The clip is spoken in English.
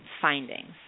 findings